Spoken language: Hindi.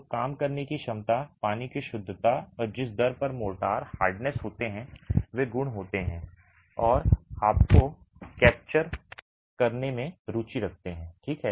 तो काम करने की क्षमता पानी की शुद्धता और जिस दर पर मोर्टार हार्डनेस होते हैं वे गुण होते हैं जो आपको कैप्चर करने में रुचि रखते हैं ठीक है